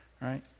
right